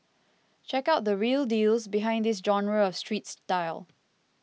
check out the real deals behind this genre of street style